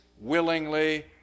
willingly